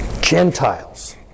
Gentiles